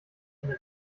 eine